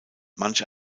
manche